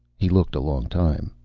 he looked a long time,